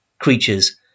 creatures